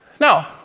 Now